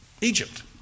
Egypt